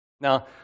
Now